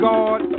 God